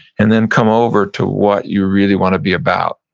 and then come over to what you really wanna be about,